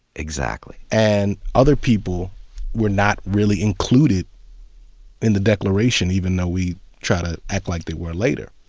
exactly. and other people were not really included in the declaration, even though we try to act like they were later.